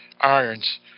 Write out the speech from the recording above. Irons